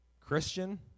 Christian